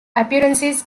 appearances